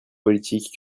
politique